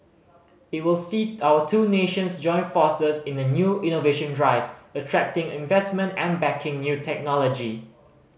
it will see our two nations join forces in a new innovation drive attracting investment and backing new technology